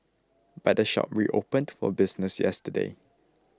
but the shop reopened for business yesterday